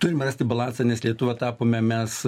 turim rasti balansą nes lietuva tapome mes